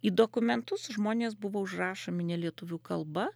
į dokumentus žmonės buvo užrašomi ne lietuvių kalba